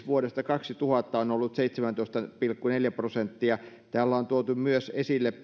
vuodesta kaksituhatta on ollut seitsemäntoista pilkku neljä prosenttia täällä on tuotu esille